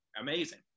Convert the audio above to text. amazing